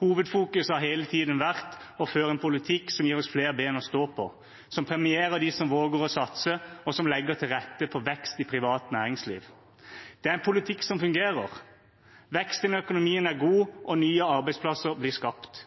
Hovedfokuset har hele tiden vært å føre en politikk som gir oss flere ben å stå på, som premierer dem som våger å satse, og som legger til rette for vekst i privat næringsliv. Det er en politikk som fungerer. Veksten i økonomien er god, og nye arbeidsplasser blir skapt.